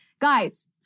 Guys